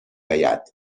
اید